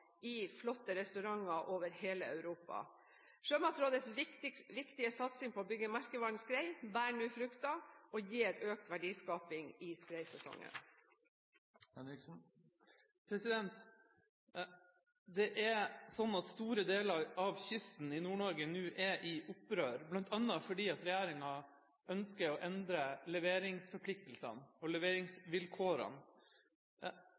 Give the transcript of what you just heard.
i flotte restauranter over hele Europa. Sjømatrådets viktige satsing på å bygge merkevaren «skrei» bærer nå frukter og gir økt verdiskaping i skreisesongen. Store deler av kysten i Nord-Norge er nå i opprør, bl.a. fordi regjeringa ønsker å endre leveringsforpliktelsene og